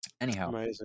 Anyhow